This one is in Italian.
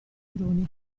cruni